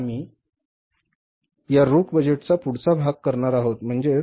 तर आता आम्ही या रोख बजेटचा पुढचा भाग करणार आहोत